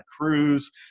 cruise